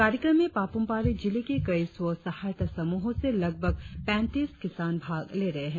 कार्यक्रम में पापुम पारे जिले के कई स्व सहायता सम्रहों से लगभग पैंतीस किसान भाग ले रहे है